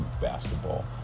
basketball